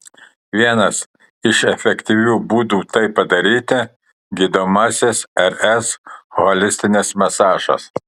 vienas iš efektyvių būdų tai padaryti gydomasis rs holistinis masažas